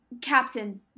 Captain